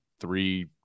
three